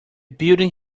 building